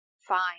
fine